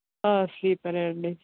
స్లీపరే అండి